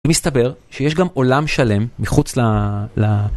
ומסתבר שיש גם עולם שלם מחוץ ל...